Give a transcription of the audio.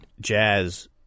Jazz